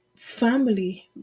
family